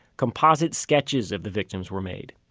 composite sketches of the victims were made.